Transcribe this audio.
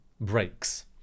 breaks